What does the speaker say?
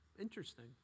interesting